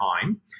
time